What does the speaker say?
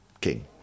king